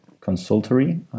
consultory